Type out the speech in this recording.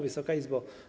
Wysoka Izbo!